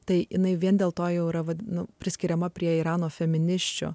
tai jinai vien dėl to jau yra vadinu priskiriama prie irano feminisčių